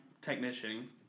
technician